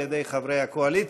על ידי חברי הקואליציה,